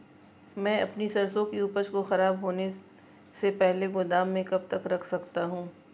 मैं अपनी सरसों की उपज को खराब होने से पहले गोदाम में कब तक रख सकता हूँ?